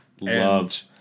Loved